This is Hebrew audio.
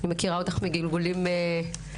אני מכירה אותך מגלגולים אחרים.